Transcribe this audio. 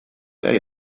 where